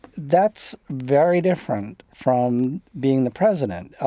that's very different from being the president.